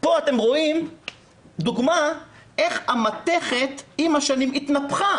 פה אתם רואים דוגמה איך המתכת עם השנים התנפחה.